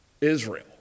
Israel